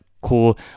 cool